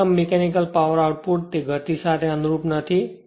મહત્તમ mechanical power output તે ગતિ સાથે અનુરૂપ નથી